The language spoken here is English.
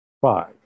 Five